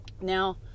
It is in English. Now